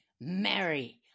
Mary